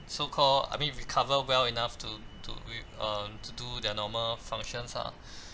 so call I mean recover well enough to to re~ uh to do their normal functions ah